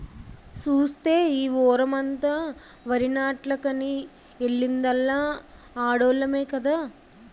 సూస్తే ఈ వోరమంతా వరినాట్లకని ఎల్లిందల్లా ఆడోల్లమే కదా